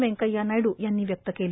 व्यंकैय्या नायडू यांनी व्यक्त केली